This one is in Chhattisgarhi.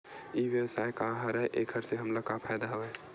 ई व्यवसाय का हरय एखर से हमला का फ़ायदा हवय?